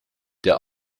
der